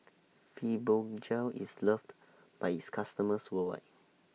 Fibogel IS loved By its customers worldwide